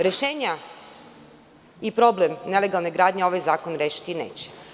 Rešenja i problem nelegalne gradnje ovaj zakon rešiti neće.